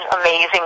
amazing